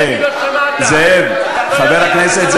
אל תגיד שלא שמעת, אתה לא יודע.